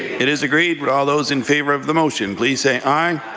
it is agreed. would all those in favour of the motion please say aye.